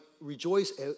rejoice